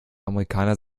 amerikaner